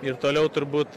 ir toliau turbūt